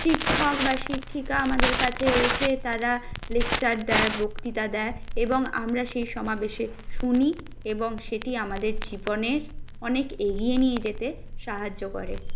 শিক্ষক বা শিক্ষিকা আমাদের কাছে এসে তাঁরা লেকচার দেয় বক্তৃতা দেয় এবং আমরা সেই সমাবেশে শুনি এবং সেটি আমাদের জীবনে অনেক এগিয়ে নিয়ে যেতে সাহায্য করে